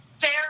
fair